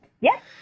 Yes